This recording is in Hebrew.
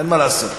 אין מה לעשות.